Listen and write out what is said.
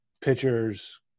pitchers